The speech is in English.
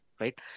right